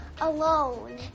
alone